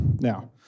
Now